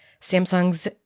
Samsung's